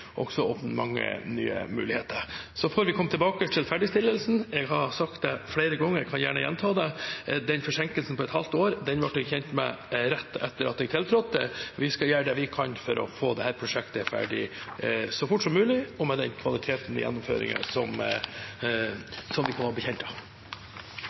også åpne mange nye muligheter. Så får vi komme tilbake til ferdigstillelsen. Jeg har sagt det flere ganger, og jeg kan gjerne gjenta det: Den forsinkelsen på et halvt år ble jeg kjent med rett etter at jeg tiltrådte. Vi skal gjøre det vi kan for å få dette prosjektet ferdig så fort som mulig, og med den kvaliteten i gjennomføringen som vi kan være bekjent av.